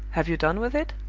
have you done with it?